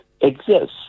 exists